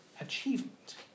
achievement